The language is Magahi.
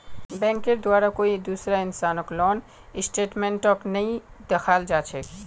बैंकेर द्वारे कोई दूसरा इंसानक लोन स्टेटमेन्टक नइ दिखाल जा छेक